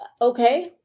Okay